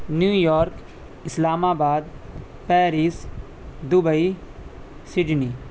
new York Islamabad Paris Dubai Sydney